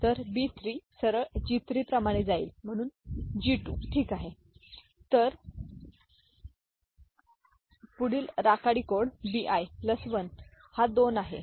तरB3 सरळG3 प्रमाणे जाईल म्हणूनG2 ठीक आहे तर पुढील राखाडी कोडBi प्लस 1 हा 2 आहे